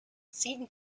seemed